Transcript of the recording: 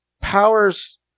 powers